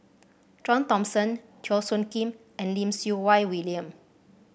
John Thomson Teo Soon Kim and Lim Siew Wai William